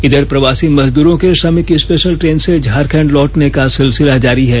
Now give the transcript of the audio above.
इधर प्रवासी मजदूरो के श्रमिक स्पेषल ट्रेन से झारखंड लौटने का सिलसिल जारी है